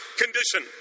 condition